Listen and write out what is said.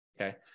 okay